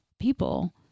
people